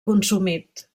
consumit